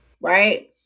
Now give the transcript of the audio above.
right